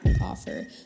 offer